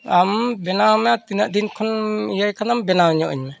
ᱟᱢ ᱵᱮᱱᱟᱣ ᱢᱮ ᱛᱤᱱᱟᱹᱜ ᱫᱤᱱ ᱠᱷᱚᱱ ᱤᱭᱟᱹᱭ ᱠᱟᱱᱟᱢ ᱵᱮᱱᱟᱣ ᱧᱚᱜ ᱟᱹᱧ ᱢᱮ